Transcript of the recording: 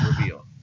reveal